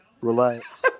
Relax